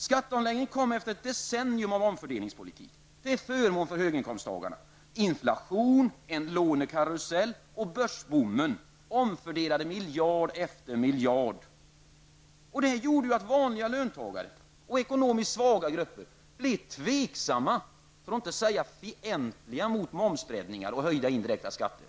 Skatteomläggningen genomfördes efter ett decennium av omfördelningspolitik till förmån för höginkomsttagarna. Inflationen, lånekarusellen och ''börsboomen'' omfördelade miljard efter miljard. Det gjorde att vanliga löntagare och ekonomiskt svaga grupper blev tveksamma för att inte säga fientligt inställda till momsbreddningar och höjda indirekta skatter.